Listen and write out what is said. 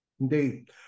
Indeed